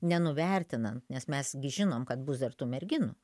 nenuvertinant nes mes gi žinom kad bus dar tų merginų